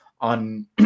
on